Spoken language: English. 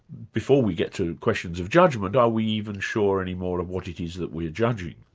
before we get to questions of judgment, are we even sure any more of what it is that we're judging?